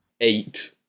eight